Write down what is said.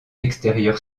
extérieur